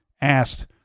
asked